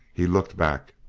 he looked back.